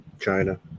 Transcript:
china